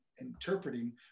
interpreting